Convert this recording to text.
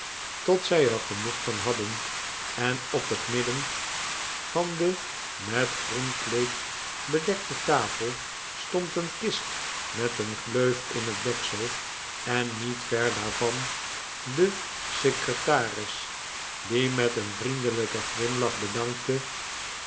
tot zij er genoeg van hadden en op het midden van de met een groen kleed bedekte tafel stond een kist met een gleuf in het deksel en niet ver vandaar de secretaris die met een vriendelijken glimlach bedankte